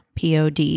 pod